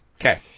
Okay